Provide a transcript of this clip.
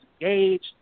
engaged